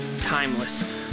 Timeless